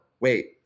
Wait